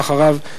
ואחריו,